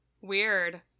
Weird